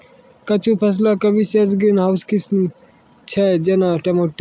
कुछु फसलो के विशेष ग्रीन हाउस किस्म छै, जेना टमाटर